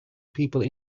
people